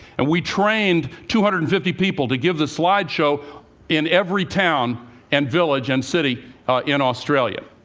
and we trained two hundred and fifty people to give the slide show in every town and village and city in australia.